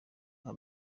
nka